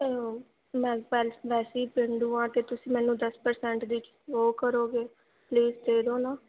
ਮੈਂ ਵੈਸੇ ਹੀ ਪੇਂਡੂ ਹਾਂ ਕਿ ਤੁਸੀਂ ਮੈਨੂੰ ਦਸ ਪਰਸੈਂਟ ਦੀ ਓ ਕਰੋਗੇ ਪਲੀਜ਼ ਦੇ ਦਿਓ ਨਾ